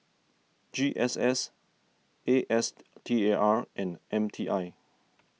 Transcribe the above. G S S A S T A R and M T I